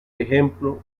ejemplo